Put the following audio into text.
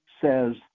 says